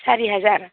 सारि हाजार